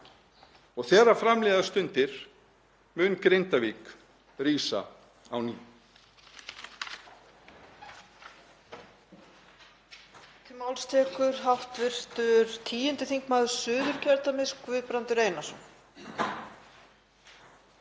Og þegar fram líða stundir mun Grindavík rísa á ný.